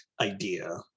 idea